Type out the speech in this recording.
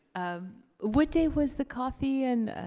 ah what day was the coffee and